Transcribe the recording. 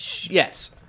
Yes